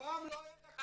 פעם לא היה יק"ר,